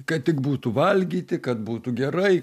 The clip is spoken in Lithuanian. kad tik būtų valgyti kad būtų gerai